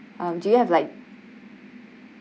um do you have like